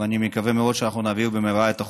ואני מקווה מאוד שאנחנו נעביר במהרה את החוק.